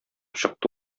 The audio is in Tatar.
чыкты